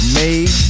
made